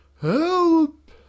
help